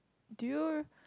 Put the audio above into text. do you